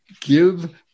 give